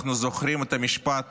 אנחנו זוכרים את המשפט